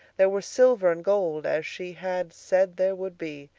there were silver and gold, as she had said there would be,